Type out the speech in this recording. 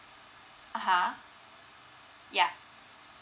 (uh huh) yeah